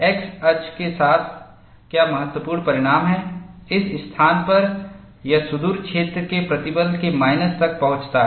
X अक्ष के साथ क्या महत्वपूर्ण परिणाम है इस स्थान पर यह सुदूर क्षेत्र के प्रतिबल के माइनस तक पहुंचता है